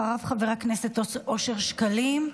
ואחריו, חבר הכנסת אושר שקלים.